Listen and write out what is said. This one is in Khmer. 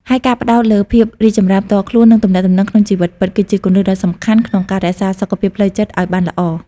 ហើយការផ្តោតលើភាពរីកចម្រើនផ្ទាល់ខ្លួន និងទំនាក់ទំនងក្នុងជីវិតពិត គឺជាគន្លឹះដ៏សំខាន់ក្នុងការរក្សាសុខភាពផ្លូវចិត្តឱ្យបានល្អ។